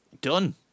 Done